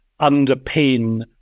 underpin